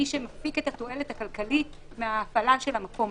מי שמפיק את התועלת הכלכלית מהפעלת המקום,